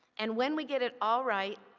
and when we get it all right,